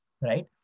right